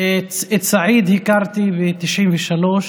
את סעיד הכרתי ב-1993,